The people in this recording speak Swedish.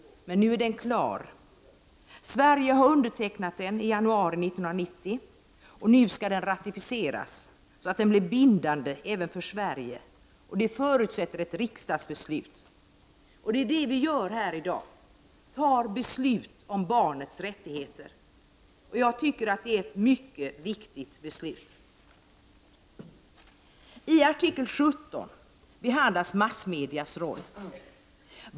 Nu är konventionen klar. Sverige undertecknade konventionen i januari 1990. Nu skall den ratificeras, så att den blir bindande även för Sverige, och det förutsätter ett riksdagsbeslut. Det är det som vi gör här i dag — fattar beslut om barnets rättigheter. Detta är ett mycket viktigt beslut. I artikel 17 behandlas massmedias roll.